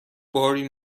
باری